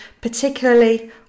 particularly